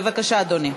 בבקשה, אדוני.